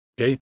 Okay